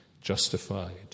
justified